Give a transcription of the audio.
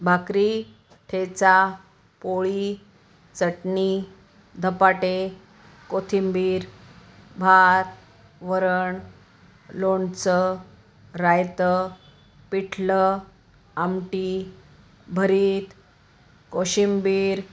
भाकरी ठेचा पोळी चटणी धपाटे कोथिंबीर भात वरण लोणचं रायतं पिठलं आमटी भरीत कोशिंबीर